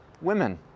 women